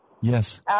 Yes